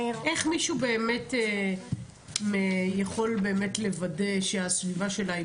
איך מישהו יכול באמת לוודא שהסביבה שלה היא